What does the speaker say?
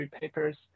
papers